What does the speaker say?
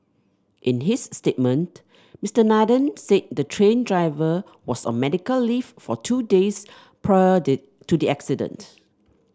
in his statement Mister Nathan said the train driver was on medical leave for two days prior did to the incident